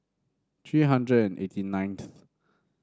three hundred and eighty ninth